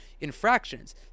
infractions